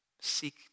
seek